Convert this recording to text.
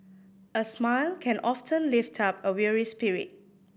a smile can often lift up a weary spirit